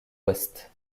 ouest